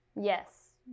Yes